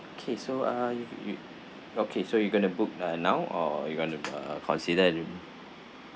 okay so uh you okay so you gonna book uh now or you want to uh consider